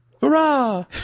Hurrah